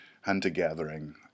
hunter-gathering